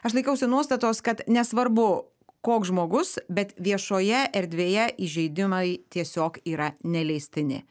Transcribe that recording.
aš laikausi nuostatos kad nesvarbu koks žmogus bet viešoje erdvėje įžeidimai tiesiog yra neleistini